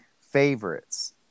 favorites